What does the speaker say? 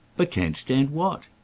but can't stand what?